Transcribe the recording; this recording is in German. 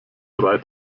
drei